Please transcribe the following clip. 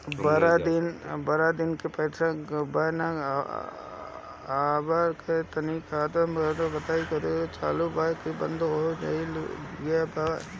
बारा दिन से पैसा बा न आबा ता तनी ख्ताबा देख के बताई की चालु बा की बंद हों गेल बा?